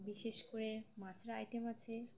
বিশেষ করে মাছের আইটেম আছে